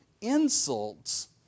insults